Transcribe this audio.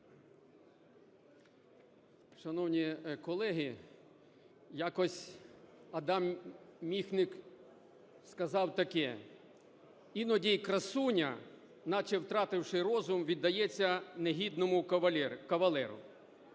Шановні колеги, якось Адам Міхнік сказав таке: "Іноді і красуня, наче втративши розум, віддається негідному кавалеру".